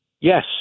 Yes